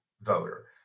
voter